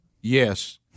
Yes